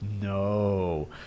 No